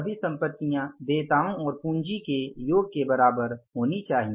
सभी संपत्तियां देयताओं और और पूंजी के योग के बराबर होनी चाहिए